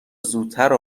زودتر